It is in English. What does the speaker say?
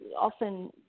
often